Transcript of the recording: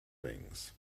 things